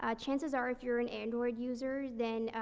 ah chances are if you're an android user, then, ah,